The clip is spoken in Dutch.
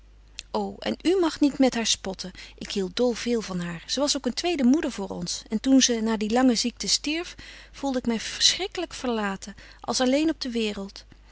o en u mag niet met haar spotten ik hield dol veel van haar ze was ook een tweede moeder voor ons en toen ze na die lange ziekte stierf voelde ik mij verschrikkelijk verlaten als alleen op de wereld